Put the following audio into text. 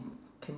can